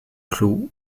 clos